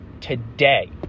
today